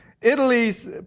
Italy's